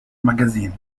magazine